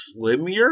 Slimier